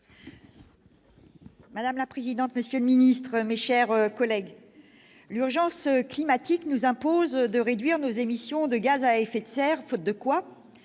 Madame la présidente, monsieur le secrétaire d'État, mes chers collègues, l'urgence climatique nous impose de réduire nos émissions de gaz à effet de serre, faute de quoi